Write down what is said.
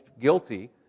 guilty